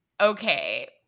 Okay